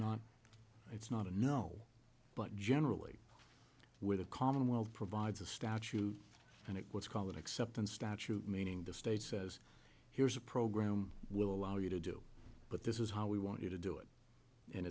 not it's not a no but generally with the commonwealth provides a statute and what's called an acceptance statute meaning the state says here's a program we'll allow you to do but this is how we want you to do it and